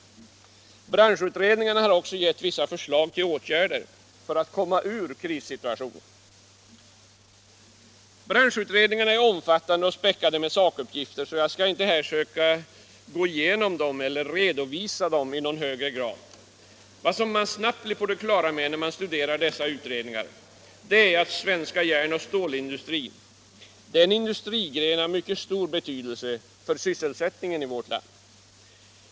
Branschutredningarna har också gett vissa förslag till åtgärder för att komma ur krissituationen. Branschutredningarna är omfattande och späckade med sakuppgifter, så jag skall inte här försöka gå igenom eller redovisa dem i någon högre grad. Vad man snabbt blir på det klara med när man studerar dessa utredningar är att svensk järnoch stålindustri är en industrigren av mycket stor betydelse för sysselsättningen i vårt land.